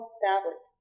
fabric